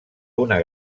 una